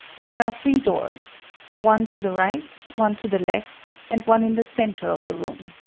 there are three doors one to the right, one to the left, and one in the centre of the room.